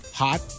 hot